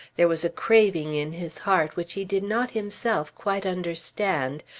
there was a craving in his heart which he did not himself quite understand,